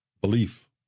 belief